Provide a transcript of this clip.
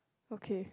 okay